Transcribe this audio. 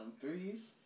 threes